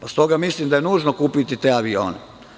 Stoga mislim da je nužno kupiti te avione.